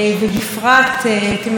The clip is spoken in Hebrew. אנחנו מדברים כאן על הרבה דברים שבוערים,